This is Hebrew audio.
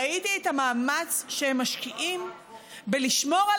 ראיתי את המאמץ שהם משקיעים בלשמור על